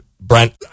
brent